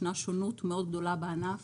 יש שונות גדולה מאוד בענף.